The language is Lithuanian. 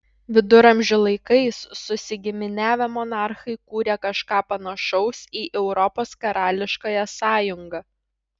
viduramžių laikais susigiminiavę monarchai kūrė kažką panašaus į europos karališkąją sąjungą